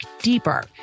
deeper